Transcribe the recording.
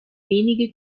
wenige